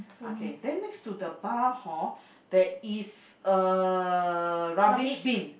okay then next to the bar hor there is a rubbish bin